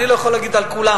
אני לא יכול להגיד על כולם,